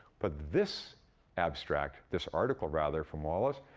but this abstract, this article rather, from wallace,